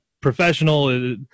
professional